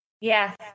Yes